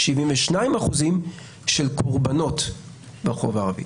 72% של קורבנות ברחוב הערבי.